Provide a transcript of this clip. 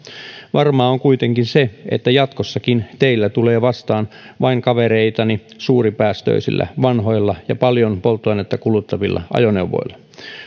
varmaa on kuitenkin se että jatkossakin teillä tulee vastaan vain kavereitani suuripäästöisillä vanhoilla ja paljon polttoainetta kuluttavilla ajoneuvoilla